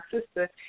sister